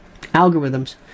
algorithms